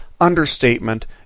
understatement